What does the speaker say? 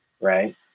right